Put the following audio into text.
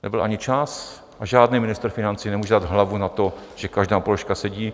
Nebyl ani čas a žádný ministr financí nemůže dát hlavu na to, že každá položka sedí.